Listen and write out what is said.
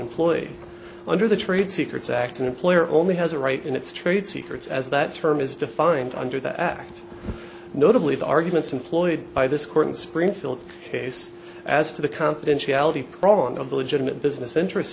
employee under the trade secrets act an employer only has a right in its trade secrets as that term is defined under the act notably the arguments employed by this court in springfield case as to the confidentiality problem of the legitimate business interest